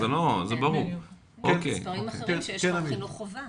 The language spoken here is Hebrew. זה מספרים אחרים שיש חוק חינוך חובה.